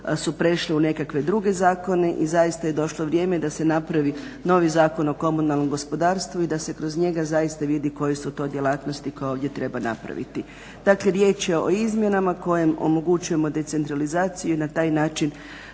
su prešle u nekakve druge zakone, i zaista je došlo vrijeme da se napravi novi Zakon o komunalnom gospodarstvu i da se kroz njega zaista vidi koje su to djelatnosti koje ovdje treba napraviti. Dakle riječ je o izmjenama kojim omogućujemo decentralizaciju i na taj način